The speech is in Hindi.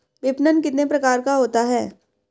विपणन कितने प्रकार का होता है?